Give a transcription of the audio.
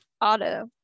Auto